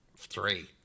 Three